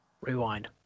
rewind